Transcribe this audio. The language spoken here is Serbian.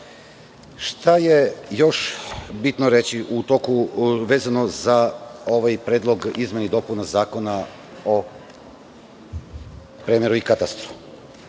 je još bitno reći vezano za ovaj predlog izmena i dopuna Zakona o premeru i katastru?